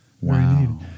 Wow